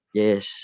yes